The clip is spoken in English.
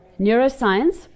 Neuroscience